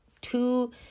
two